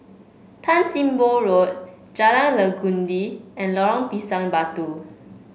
Tan Sim Boh Road Jalan Legundi and Lorong Pisang Batu